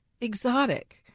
exotic